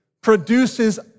produces